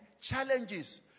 challenges